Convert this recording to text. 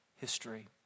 history